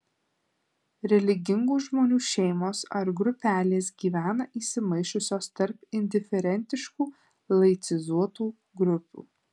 religingų žmonių šeimos ar grupelės gyvena įsimaišiusios tarp indiferentiškų laicizuotų grupių